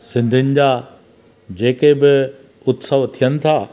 सिंधियुनि जा जेके बि उत्सव थियनि था